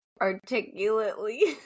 articulately